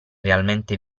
realmente